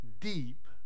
deep